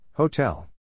Hotel